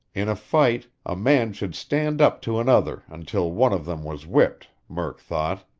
in a fight, a man should stand up to another until one of them was whipped, murk thought.